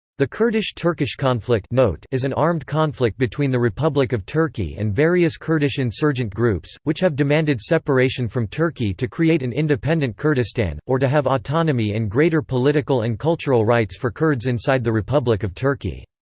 the kurdish-turkish conflict note is an armed conflict between the republic of turkey and various kurdish insurgent groups, which have demanded separation from turkey to create an independent kurdistan, or to have autonomy and greater political and cultural rights for kurds inside the republic of turkey.